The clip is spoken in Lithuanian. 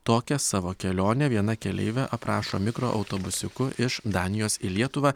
tokią savo kelionę viena keleivė aprašo mikroautobusiuku iš danijos į lietuvą